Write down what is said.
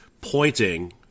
pointing